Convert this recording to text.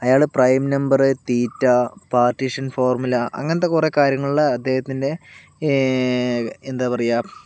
അയാള് prime number theta partition formula അങ്ങനത്തെ കുറെ കാര്യങ്ങളില് അദ്ദേഹത്തിൻ്റെ എന്താ പറയുക